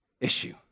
issue